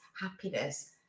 happiness